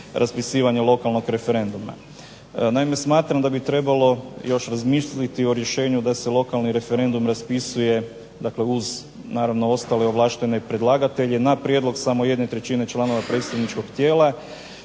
raspisivanje lokalnog referenduma. Naime, smatram da bi trebalo još razmisliti o rješenju da se lokalni referendum raspisuje uz naravno ostale ovlaštene predlagatelje na prijedlog samo 1/3 članove predstavničkog tijela